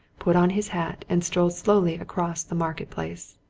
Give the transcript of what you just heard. put on his hat, and strolled slowly across the market-place.